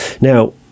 Now